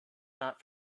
not